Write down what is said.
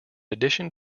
addition